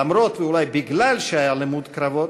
למרות ואולי מפני שהיה למוד קרבות,